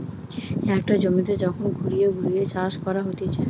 একটা জমিতে যখন ঘুরিয়ে ঘুরিয়ে চাষ করা হতিছে